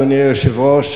אדוני היושב-ראש,